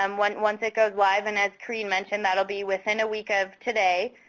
um once once it goes live. and as karene mentioned, that'll be within a week of today.